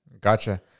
gotcha